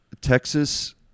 Texas